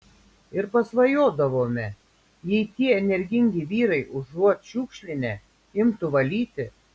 ir pasvajodavome jei tie energingi vyrai užuot šiukšlinę imtų valyti